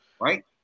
right